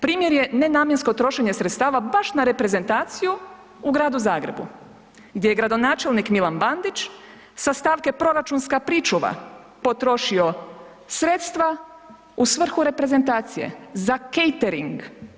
Primjer je nenamjensko trošenje sredstava baš na reprezentaciju u gradu Zagrebu, gdje je gradonačelnik Milan Bandić sa stavke "proračunska pričuva" potrošio sredstva u svrhu reprezentacije za catering.